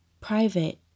private